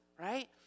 right